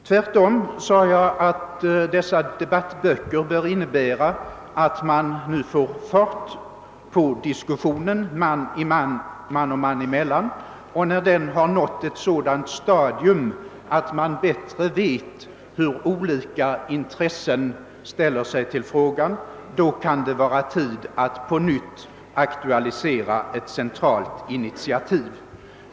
Tvärtom framhöll jag att dessa debattböcker bör innebära att man nu får fart på diskussionen man och man emellan, och när denna diskussion nått ett sådant stadium, att man bättre vet hur olika intressen ställer sig till frågan, kan det vara tid att på nytt aktualisera ett centralt initiativ.